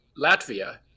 Latvia